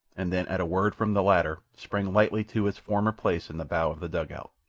and then at a word from the latter sprang lightly to his former place in the bow of the dugout.